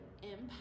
impact